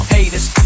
Haters